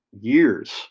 years